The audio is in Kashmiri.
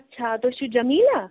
اَچھا تُہی چھِو جَمیلا